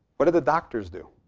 what did the doctors do?